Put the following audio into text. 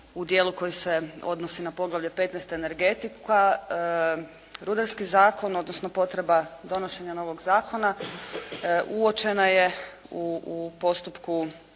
u dijelu koji se odnosi na Poglavlje XV - Energetika, Rudarski zakon, odnosno potreba donošenja novog zakona uočena je u postupku